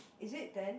is it ten